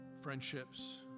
friendships